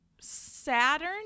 Saturn